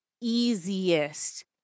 easiest